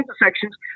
intersections